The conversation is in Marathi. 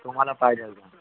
तुम्हाला पाहिजे